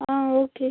ஆ okay